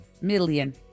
Million